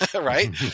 Right